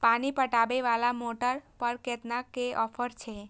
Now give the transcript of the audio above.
पानी पटवेवाला मोटर पर केतना के ऑफर छे?